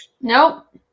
Nope